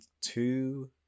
two